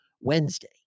Wednesday